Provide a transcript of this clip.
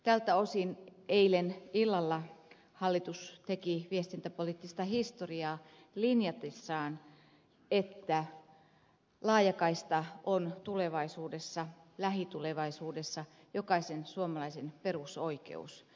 tältä osin eilen illalla hallitus teki viestintäpoliittista historiaa linjatessaan että laajakaista on lähitulevaisuudessa jokaisen suomalaisen perusoikeus